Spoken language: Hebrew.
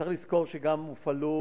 צריך לזכור שגם הופעלו,